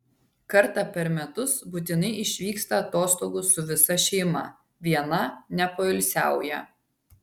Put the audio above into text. kartą per metus būtinai išvyksta atostogų su visa šeima viena nepoilsiauja